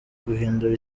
guhindura